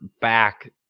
back